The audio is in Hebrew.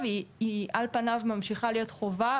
והיא על פניו ממשיכה להיות חובה,